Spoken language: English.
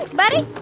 buddy.